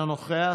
אינה נוכחת,